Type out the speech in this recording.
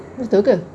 betul ke